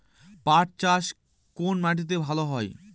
পাট চাষ কোন মাটিতে ভালো হয়?